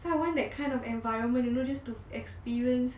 I want that kind of environment you know just to experience